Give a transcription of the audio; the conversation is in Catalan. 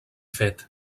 fet